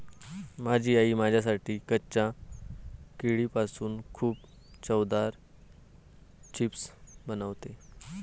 माझी आई माझ्यासाठी कच्च्या केळीपासून खूप चवदार चिप्स बनवते